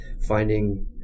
finding